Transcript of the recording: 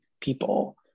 people